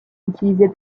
utilisait